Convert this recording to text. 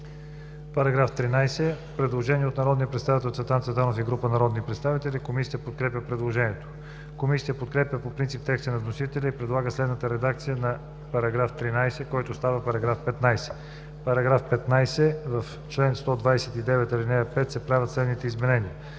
По § 21 има предложение от народния представител Цветан Цветанов и група народни представители. Комисията подкрепя предложението. Комисията подкрепя по принцип текста на вносителя и предлага следната редакция на § 21, който става § 24: „§ 24. В чл. 179 се правят следните изменения